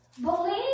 believe